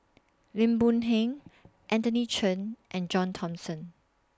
Lim Boon Heng Anthony Chen and John Thomson